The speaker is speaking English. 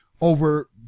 over